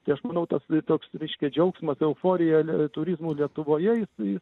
tai aš manau tas toks reiškia džiaugsmas euforija turizmu lietuvoje jis jis